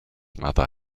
mother